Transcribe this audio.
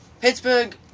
Pittsburgh